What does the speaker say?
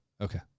okay